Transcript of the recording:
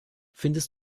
findest